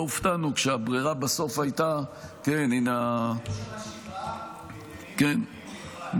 לא הופתענו כשהברירה בסוף הייתה --- יש שם שבעה בלבד --- בלבד,